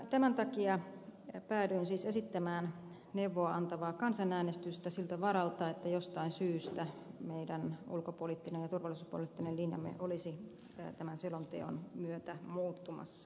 tämän takia päädyin siis esittämään neuvoa antavaa kansanäänestystä siltä varalta että jostain syystä meidän ulkopoliittinen ja turvallisuuspoliittinen linjamme olisi tämän selonteon myötä muuttumassa